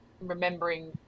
remembering